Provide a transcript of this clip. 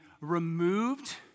removed